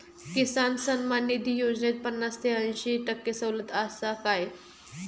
किसान सन्मान निधी योजनेत पन्नास ते अंयशी टक्के सवलत आसा काय?